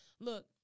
Look